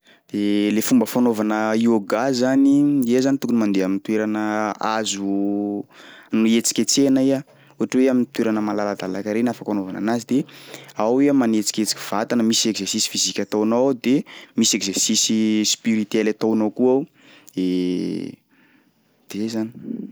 De le fomba fanaovana yoga zany, iha zany tokony mandeha am'toerana azo m- ietsiketsehana iha, ohatry hoe am'toerana malaladalaka reny afaka anaovana anazy de ao iha manetsiketsiky vatana misy exercice physique ataonao ao de misy exercice spirituel ataonao koa ao de zany.